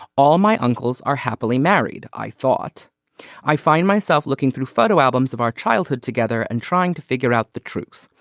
all my uncles are happily married. i thought i find myself looking through photo albums of our childhood together and trying to figure out the truth.